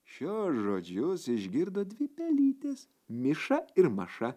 šiuos žodžius išgirdo dvi pelytės miša ir maša